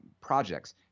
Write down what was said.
projects